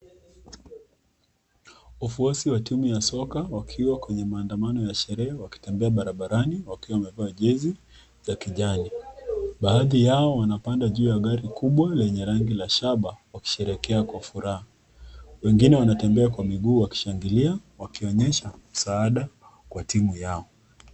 Wafuasi wa timu ya soka wakiwa kwenye maandamano ya sherehe wakitembea barabarani wakiwa wamevaa jezi za kijani, baadhi yao wanapanda juu ya gari kubwa lenye rangi ya shaba wakisherekea kwa furaha. Wengine wanatembea kwa miguu wakishangilia wakionyesha msaada kwa timu yao.